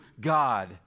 God